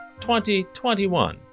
2021